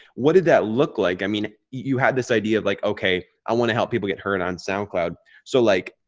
what did that look like? i mean, you had this idea of like, okay, i want to help people get hurt on soundcloud. so like,